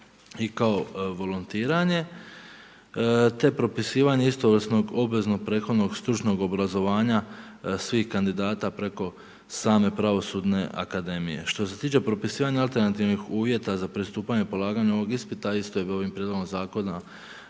i kao volontiranje te propisivanje istovrsnog obveznog prethodnog stručnog obrazovanja svih kandidata preko same pravosudne akademije. Što se tiče propisivanja alternativnih uvjeta za pristupanje polaganju ovog ispita isto bi ovim prijedlogom zakona